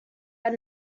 had